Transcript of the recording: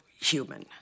human